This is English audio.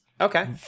Okay